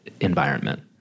environment